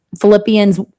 Philippians